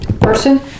person